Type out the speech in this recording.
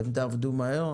אתם תעבדו מהר,